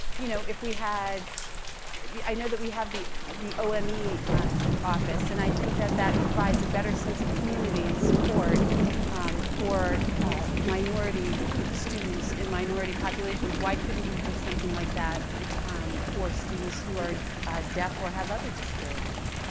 you know if we had yeah i know that we have the the ome office, and i think that that provides a better sense of community and support um for minority students in minority populations. why couldn't we do something like that um for students who are deaf or have other disabilities?